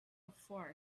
before